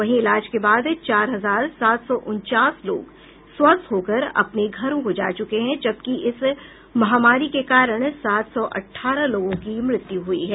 वहीं इलाज के बाद चार हजार सात सौ उनचास लोग स्वस्थ होकर अपने घरों को जा चुके हैं जबकि इस महामारी के कारण सात सौ अठारह लोगों की मृत्यु हुई है